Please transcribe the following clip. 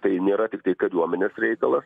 tai nėra tiktai kariuomenės reikalas